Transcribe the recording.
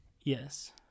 Yes